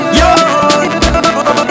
yo